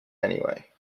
anyway